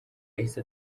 yahise